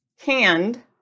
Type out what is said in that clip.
canned